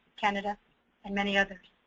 canada and many others.